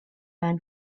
man